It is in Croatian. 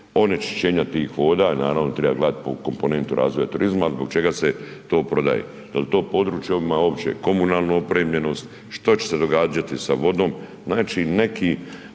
onečišćenja tih voda, naravno treba gledat po komponentu razvoja turizma, al zbog čega se to prodaje, jel to područje ima opće komunalnu opremljenost, što će se događati sa vodom, znači neka